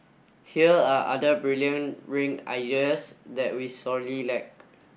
here are other brilliant ring ideas that we sorely lack